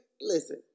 listen